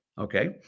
Okay